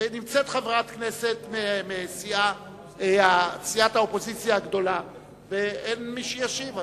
נמצאת חברת כנסת מסיעת האופוזיציה הגדולה ואין מי שישיב.